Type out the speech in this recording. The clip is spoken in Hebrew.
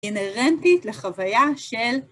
אינהרנטית לחוויה של